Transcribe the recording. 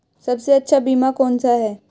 सबसे अच्छा बीमा कौन सा है?